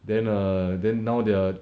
then err then now they're